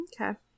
Okay